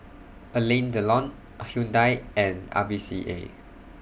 Alain Delon Hyundai and R V C A